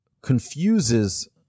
confuses